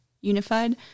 unified